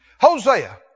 Hosea